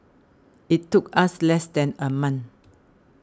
it took us less than a month